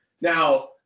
Now